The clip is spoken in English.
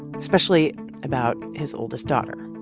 especially about his oldest daughter.